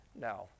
now